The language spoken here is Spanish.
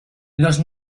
los